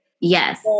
Yes